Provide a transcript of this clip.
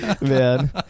man